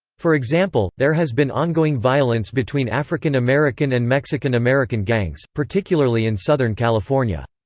for example, there has been ongoing violence between african american and mexican american gangs, particularly in southern california.